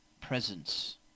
Presence